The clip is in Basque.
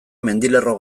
mendilerro